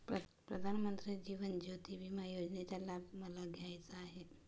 प्रधानमंत्री जीवन ज्योती विमा योजनेचा लाभ मला घ्यायचा आहे